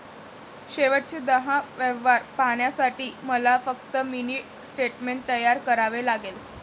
शेवटचे दहा व्यवहार पाहण्यासाठी मला फक्त मिनी स्टेटमेंट तयार करावे लागेल